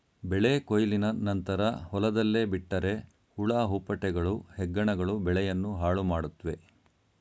ಬೆಳೆ ಕೊಯ್ಲಿನ ನಂತರ ಹೊಲದಲ್ಲೇ ಬಿಟ್ಟರೆ ಹುಳ ಹುಪ್ಪಟೆಗಳು, ಹೆಗ್ಗಣಗಳು ಬೆಳೆಯನ್ನು ಹಾಳುಮಾಡುತ್ವೆ